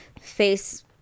face